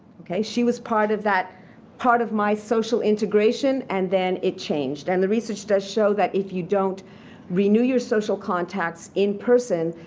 she was part of that part of my social integration. and then, it changed. and the research does show that if you don't renew your social contacts in person,